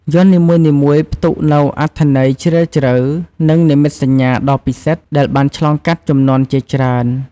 យ័ន្តនីមួយៗផ្ទុកនូវអត្ថន័យជ្រាលជ្រៅ និងនិមិត្តសញ្ញាដ៏ពិសិដ្ឋដែលបានឆ្លងកាត់ជំនាន់ជាច្រើន។